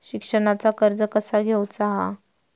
शिक्षणाचा कर्ज कसा घेऊचा हा?